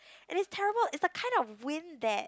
and it's terrible it's the kind of wind that